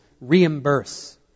reimburse